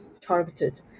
targeted